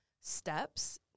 steps